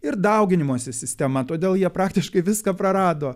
ir dauginimosi sistema todėl jie praktiškai viską prarado